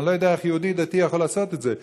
ואני לא יודע איך יהודי דתי יכול לעשות את זה,